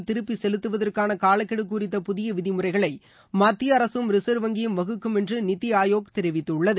கடன் திருப்பிசெலுத்துவதற்கானகாலக்கெடுகுறித்த புதியவிதிமுறைகளைமத்தியஅரசும் ரிசர்வ் வங்கியும் வகுக்கும் என்றுநித்திஆயோக் தெரிவித்துள்ளது